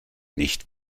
nicht